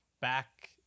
back